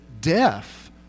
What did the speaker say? death